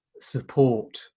support